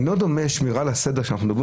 אינו דומה שמירה על הסדר כשאנחנו מדברים